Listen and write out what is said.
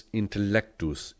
intellectus